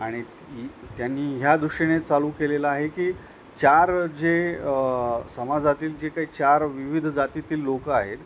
आणि त् ई त्यांनी ह्या दृष्टीने चालू केलेला आहे की चार जे समाजातील जे काही चार विविध जातींतील लोक आहेत